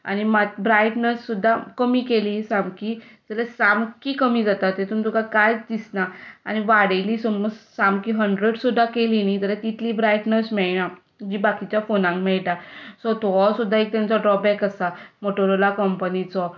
आनी ब्रायटनस सुद्दां कमी केली सामकी जाल्यार सामकी कमी जाता तातूंत तुका कांयच दिसना आनी वाडयली समज सामकी हंड्रेड सुद्दां केली न्हय जाल्यार तितली ब्रायटनस मेळना जी बाकीच्या फोनांत मेळटा सो हो सुद्दां तांचो एक ड्रॉबॅक आसा मोटोरोला कंपनीचो